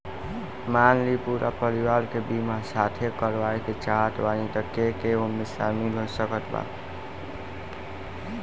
मान ली पूरा परिवार के बीमाँ साथे करवाए के चाहत बानी त के के ओमे शामिल हो सकत बा?